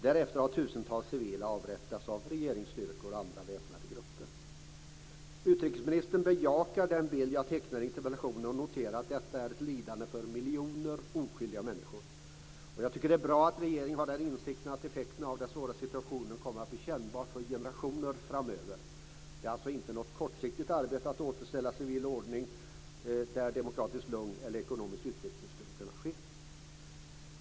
Därefter har tusentals civila avrättats av regeringsstyrkor och andra väpnade grupper. Utrikesministern bejakar den bild jag har tecknat i interpellationen, och hon noterar att detta är ett lidande för miljoner oskyldiga människor. Det är bra att regeringen har insikten att effekterna av den svåra situationen kommer att bli kännbar för generationer framöver. Det är alltså inte något kortsiktigt arbete att återställa civil ordning med demokratiskt lugn och ekonomisk utveckling.